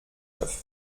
neuf